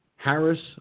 Harris